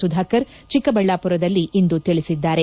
ಸುಧಾಕರ್ ಚಿಕ್ಕಬಳ್ಯಾಮರದಲ್ಲಿಂದು ತಿಳಿಸಿದ್ದಾರೆ